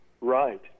Right